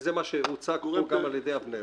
וזה מה שהוצג על-ידי אבנר